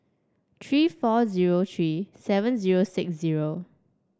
three four zero three seven zero six zero